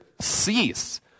cease